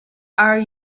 are